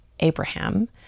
Abraham